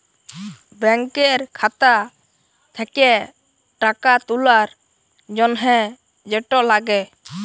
ব্যাংকের খাতা থ্যাকে টাকা তুলার জ্যনহে যেট লাগে